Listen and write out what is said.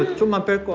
tomato